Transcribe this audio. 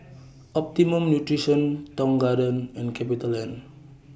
Optimum Nutrition Tong Garden and CapitaLand